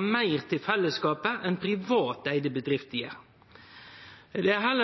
meir til fellesskapet enn det privateigde bedrifter gjer.